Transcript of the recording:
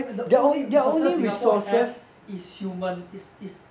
the only resources singapore have is human is is